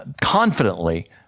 confidently